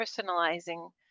personalizing